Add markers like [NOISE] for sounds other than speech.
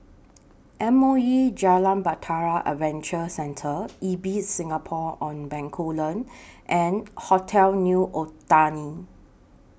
M O E Jalan Bahtera Adventure Centre Ibis Singapore on Bencoolen [NOISE] and Hotel New Otani